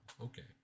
Okay